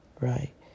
Right